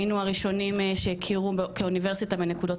היינו הראשונים שהכירו כאוניברסיטה בנקודות